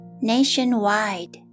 Nationwide